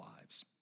lives